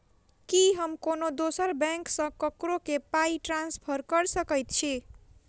की हम कोनो दोसर बैंक सँ ककरो केँ पाई ट्रांसफर कर सकइत छि?